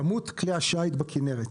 כמות כלי השיט בכנרת.